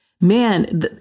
man